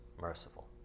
merciful